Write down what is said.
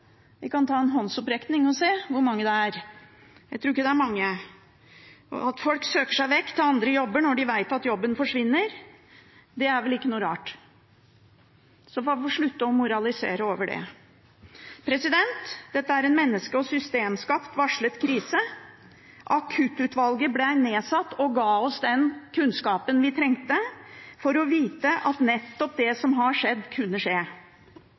Vi kan ta en håndsopprekning og se hvor mange det er. Jeg tror ikke det er mange. At folk søker seg vekk til andre jobber når de vet at jobben forsvinner, er vel ikke noe rart, så man får slutte å moralisere over det. Dette er en menneske- og systemskapt varslet krise. Akuttutvalget ble nedsatt og ga oss den kunnskapen vi trengte for å vite at nettopp det som har skjedd, kunne skje.